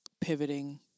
pivoting